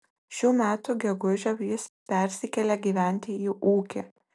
šių metų gegužę jis persikėlė gyventi į ūkį